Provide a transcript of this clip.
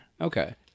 Okay